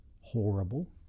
horrible